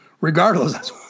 Regardless